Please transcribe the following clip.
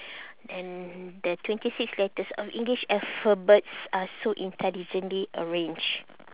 and the twenty six letters of english alphabets are so intelligently arranged